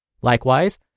Likewise